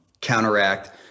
counteract